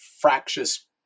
fractious